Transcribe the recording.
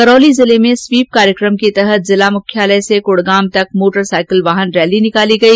करौली जिले में स्वीप कार्यक्रम के तहत जिला मुख्यालय से कुडगाम तक मोटरसाइकिल वाहन रैली निकाली गई